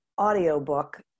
audiobook